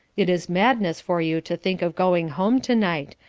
it is madness for you to think of going home tonight,